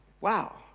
Wow